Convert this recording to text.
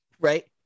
Right